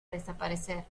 desaparecer